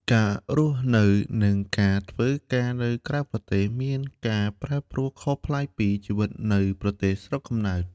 ការរស់នៅ និងការធ្វើការក្រៅប្រទេសមានការប្រែប្រួលខុសប្លែកពីជីវិតនៅប្រទេសស្រុកកំណើត។